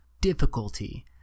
difficulty